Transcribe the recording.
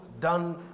done